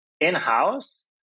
in-house